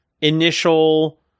initial